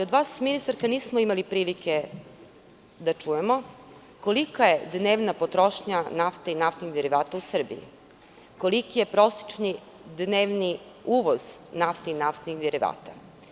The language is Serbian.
Od vas ministarka nismo imali prilike da čujemo kolika je dnevna potrošnja nafte i naftnih derivata u Srbiji, koliki je prosečni dnevni uvoz nafte i naftnih derivata.